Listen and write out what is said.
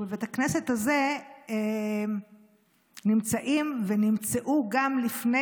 ובבית הכנסת הזה נמצאים ונמצאו גם לפני